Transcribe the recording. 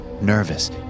nervous